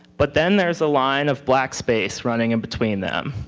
but then, there's line of black space running in between them.